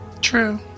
True